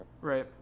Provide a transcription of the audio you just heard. right